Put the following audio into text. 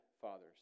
fathers